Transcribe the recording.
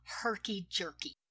herky-jerky